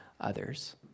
others